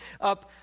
up